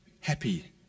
happy